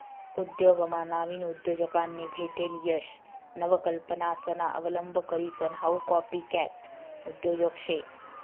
उद्योगमा नाविन उद्योजकांनी भेटेल यश नवकल्पनासना अवलंब करीसन हाऊ कॉपीकॅट उद्योजक शे